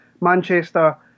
Manchester